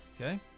Okay